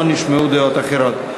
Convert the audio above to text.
לא נשמעו דעות אחרות.